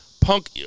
Punk